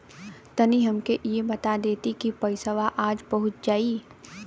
तनि हमके इ बता देती की पइसवा आज पहुँच जाई?